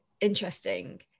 interesting